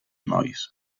nois